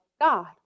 God